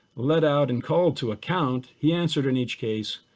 let out and called to account, he answered in each case,